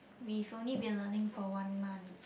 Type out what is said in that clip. we've only been learning for one month